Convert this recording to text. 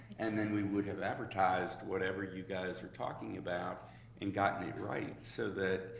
and then we would have advertised whatever you guys were talking about and gotten it right so that,